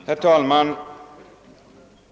Herr talman!